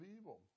evil